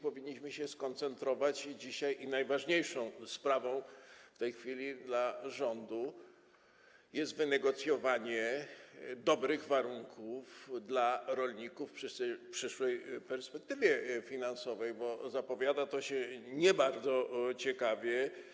Powinniśmy się skoncentrować i dzisiaj najważniejszą sprawą w tej chwili dla rządu jest wynegocjowanie dobrych warunków dla rolników w przyszłej perspektywie finansowej, bo zapowiada to się nie bardzo ciekawie.